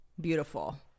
Beautiful